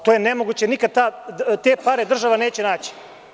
To je nemoguće, nikada te pare država neće naći.